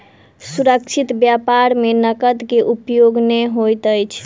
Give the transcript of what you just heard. सुरक्षित व्यापार में नकद के उपयोग नै होइत अछि